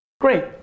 Great